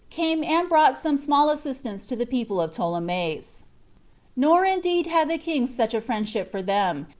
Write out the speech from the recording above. came and brought some small assistance to the people of ptolemais nor indeed had the kings such a friendship for them,